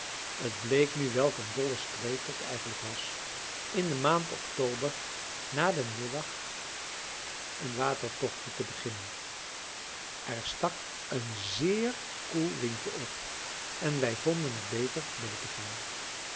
het bleek nu welk een dolle streek het eigenlijk was in de maand october na den middag een watertochtje te beginnen er stak een zéér koel windje op en wij vonden t beter binnen te gaan